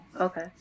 okay